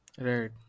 Right